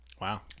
Wow